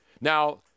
Now